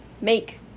make